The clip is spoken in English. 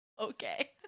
Okay